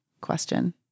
question